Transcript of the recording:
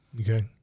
Okay